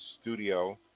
studio